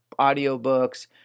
audiobooks